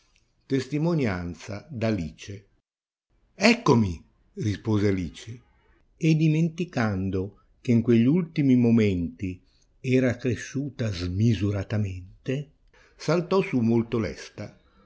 testimonianza d'alice eccomi rispose alice e dimenticando che in quegli ultimi momenti era cresciuta smisuratamente saltò su molto lesta